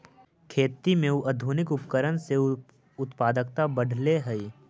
खेती में आधुनिक उपकरण से उत्पादकता बढ़ले हइ